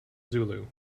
zulu